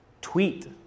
Tweet